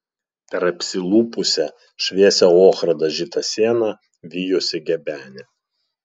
per apsilupusią šviesia ochra dažytą sieną vijosi gebenė